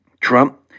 Trump